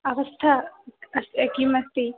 अवस्था अस् किम् अस्ति